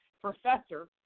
professor